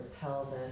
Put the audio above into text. pelvis